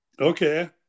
Okay